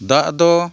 ᱫᱟᱜ ᱫᱚ